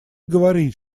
говорить